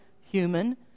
human